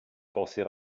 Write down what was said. pensée